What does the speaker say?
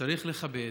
צריך לכבד.